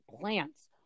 plants